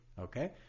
okay